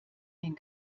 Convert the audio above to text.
den